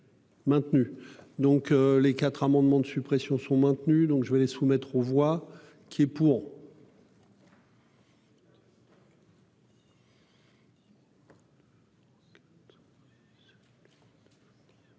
donc les quatre amendements de suppression sont maintenus. Donc je vais les soumettre aux voix qui est pour.--